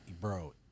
bro